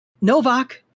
Novak